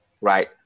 right